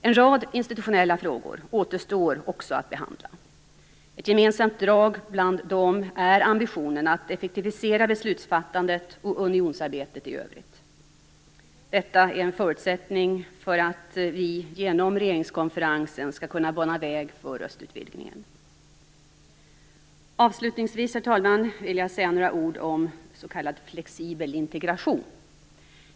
En rad institutionella frågor återstår också att behandla. Ett gemensamt drag bland dessa är ambitionen att effektivisera beslutsfattandet och unionsarbetet i övrigt. Detta är en förutsättning för att vi genom regeringskonferensen skall kunna bana väg för östutvidgningen. Avslutningsvis, herr talman, vill jag säga några ord om s.k. flexibel integration.